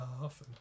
half